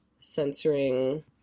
censoring